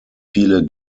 viele